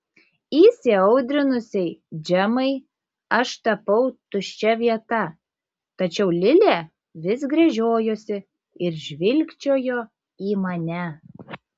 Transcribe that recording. įsiaudrinusiai džemai aš tapau tuščia vieta tačiau lilė vis gręžiojosi ir žvilgčiojo į mane